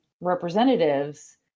representatives